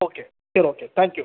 okay சரி okay thank you